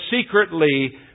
secretly